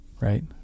Right